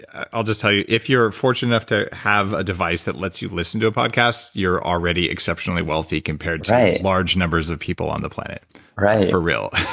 i'll just tell you, if you're fortunate enough to have a device that lets you listen to a podcast, you're already exceptionally wealthy, compared to large numbers of people on the planet right for real.